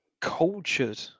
cultured